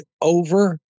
over